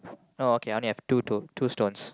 oh okay I only have two to two stones